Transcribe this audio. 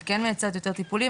היא כן מייצרת יותר טיפולים.